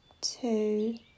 two